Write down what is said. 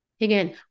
again